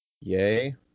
Yay